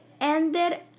ended